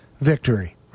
victory